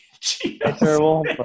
terrible